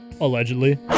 Allegedly